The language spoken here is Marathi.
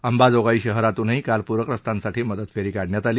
अंबाजोगाई शहरातूनही काल पूरग्रस्तांसाठी मदत फेरी काढण्यात आली